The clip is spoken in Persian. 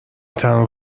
تنها